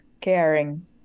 caring